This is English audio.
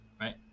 right